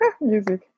music